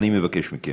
אני מבקש מכם.